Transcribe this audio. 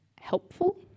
helpful